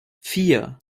vier